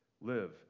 live